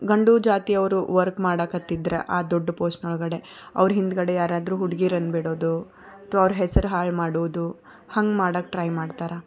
ಗಂಡು ಜಾತಿಯವರು ವರ್ಕ್ ಮಾಡೋಕೆ ಹತ್ತಿದ್ರು ಆ ದೊಡ್ಡ ಪೋಸ್ಟ್ನೊಳಗಡೆ ಅವರ ಹಿಂದುಗಡೆ ಯಾರಾದರೂ ಹುಡ್ಗೀರನ್ನ ಬಿಡೋದು ಅಥ್ವಾ ಅವರ ಹೆಸ್ರು ಹಾಳು ಮಾಡೋದು ಹಂಗೆ ಮಾಡೋಕೆ ಟ್ರೈ ಮಾಡ್ತಾರೆ